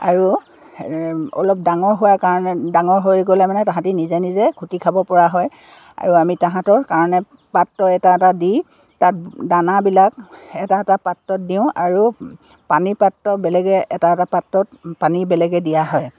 আৰু অলপ ডাঙৰ হোৱাৰ কাৰণে ডাঙৰ হৈ গ'লে মানে তাহাঁতি নিজে নিজে খুটি খাব পৰা হয় আৰু আমি তাহাঁতৰ কাৰণে পাত্ৰ এটা এটা দি তাত দানাবিলাক এটা এটা পাত্ৰত দিওঁ আৰু পানী পাত্ৰ বেলেগে এটা এটা পাত্ৰত পানী বেলেগে দিয়া হয়